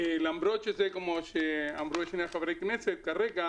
למרות שזה, כמו שאמרו שני חברי הכנסת, כרגע